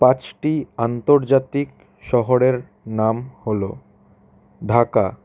পাঁচটি আন্তর্জাতিক শহরের নাম হলো ঢাকা